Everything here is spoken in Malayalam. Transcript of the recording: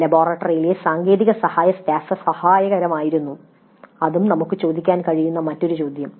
"ലബോറട്ടറിയിലെ സാങ്കേതിക സഹായ സ്റ്റാഫ് സഹായകരമായിരുന്നു" അതും നമുക്ക് ചോദിക്കാൻ കഴിയുന്ന മറ്റൊരു ചോദ്യം